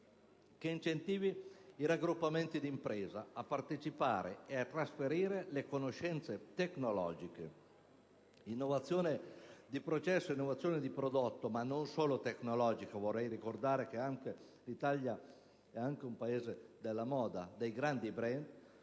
che incentivi i raggruppamenti di imprese a partecipare e a trasferire le conoscenze tecnologiche: l'innovazione di processo e di prodotto, non solo tecnologica - voglio ricordare, infatti, che l'Italia è anche il Paese della moda, dei grandi *brand*